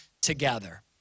together